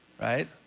right